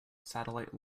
satellite